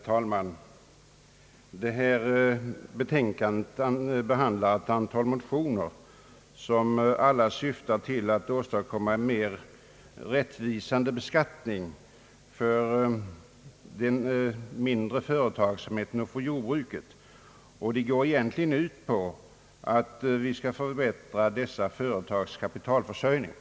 Herr talman! Det föreliggande betänkandet behandlar ett antal motioner som alla syftar till att åstadkomma en mera rättvisande beskattning för den mindre företagsamheten och för jordbruket. De går egentligen ut på en förbättring av dessa företags kapitalförsörjning.